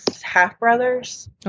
half-brothers